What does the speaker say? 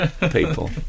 people